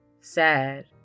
Sad